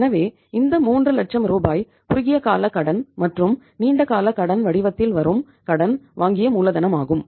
எனவே இந்த 3 லட்சம் ரூபாய் குறுகிய கால கடன் மற்றும் நீண்ட கால கடன் வடிவத்தில் வரும் கடன் வாங்கிய மூலதனமாகும்